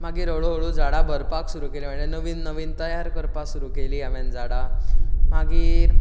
मागीर होळू होळू झाडां भरपाक सुरू केलीं म्हळ्यार नवीन नवीन तयार करपाक सुरू केलीं हांवेन झाडां मागीर